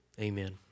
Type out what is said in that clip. Amen